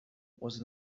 was